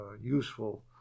useful